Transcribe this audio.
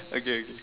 okay okay